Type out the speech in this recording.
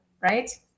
right